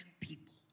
people